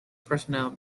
personnel